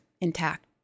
intact